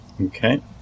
Okay